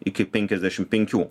iki penkiasdešimt penkių